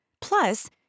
Plus